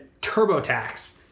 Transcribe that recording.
TurboTax